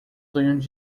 sonhos